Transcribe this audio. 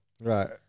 right